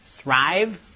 thrive